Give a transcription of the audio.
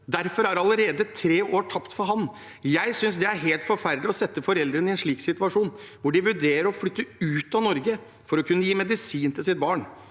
er tre år allerede tapt for ham. Jeg synes det er helt forferdelig å sette foreldrene i en slik situasjon, hvor de vurderer å flytte ut av Norge for å kunne gi medisin til sitt barn.